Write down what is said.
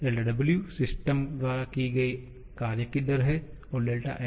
δWसिस्टम द्वारा किए गए कार्य की दर है